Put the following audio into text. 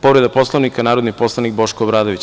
Povreda Poslovnika, narodni poslanik Boško Obradović.